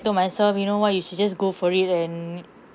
told myself you know what you should just go for it and